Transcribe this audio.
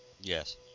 Yes